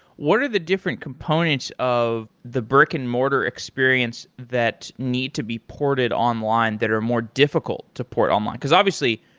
what are the different components of the brick and mortar experience that need to be ported online that are more difficult to port online? because, obviously,